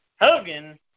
Hogan